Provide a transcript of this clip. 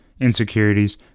insecurities